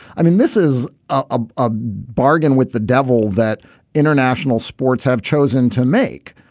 i mean this is ah a bargain with the devil that international sports have chosen to make.